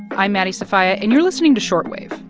i'm maddie sofia, and you're listening to short wave,